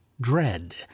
dread